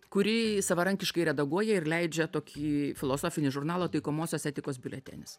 kuri savarankiškai redaguoja ir leidžia tokį filosofinį žurnalą taikomosios etikos biuletenis